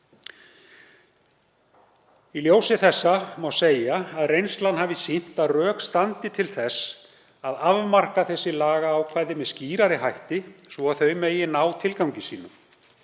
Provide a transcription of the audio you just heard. Í þessu ljósi má segja að reynslan hafi sýnt að rök standi til þess að afmarka þessi lagaákvæði með skýrari hætti svo að þau megi ná tilgangi sínum.